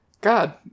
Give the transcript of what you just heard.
God